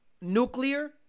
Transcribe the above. nuclear